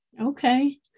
okay